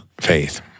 Faith